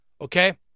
Okay